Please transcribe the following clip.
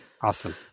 Awesome